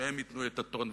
ושהם ייתנו את הטון.